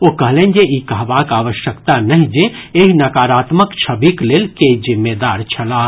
ओ कहलनि जे ई कहबाक आवश्यकता नहि जे एहि नराकात्मक छविक लेल के जिम्मेदार छलाह